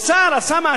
סגן שר האוצר,